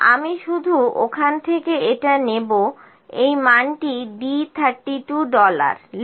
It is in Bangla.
আমি শুধু ওখান থেকে এটা নেব এই মানটি D32 ডলার লেখ